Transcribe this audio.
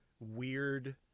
Weird